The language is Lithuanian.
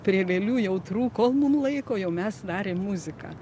prie lėlių jau trūko mum laiko jau mes darėm muziką